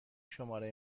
شماره